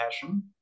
passion